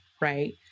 right